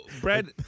Brad